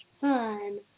fun